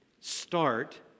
start